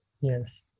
Yes